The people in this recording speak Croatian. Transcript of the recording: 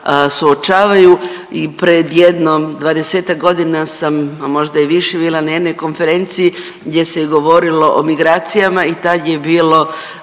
suočavaju i pred jednom 20-ak godina sam, a možda i više bila na jednoj konferenciji gdje se je govorilo o migracijama i tad je bilo